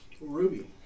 Ruby